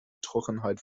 trockenheit